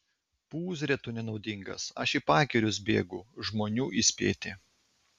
pūzre tu nenaudingas aš į pagirius bėgu žmonių įspėti